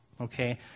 Okay